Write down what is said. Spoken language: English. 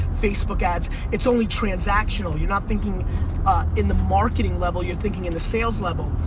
facebook ads. it's only transactional. you're not thinking in the marketing level, you're thinking in the sales level.